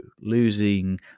losing